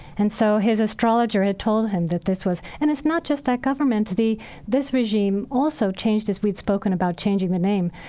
and so his astrologer had told him that this was, and it's not just that government, this regime also changed as we've spoken about changing the name.